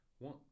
One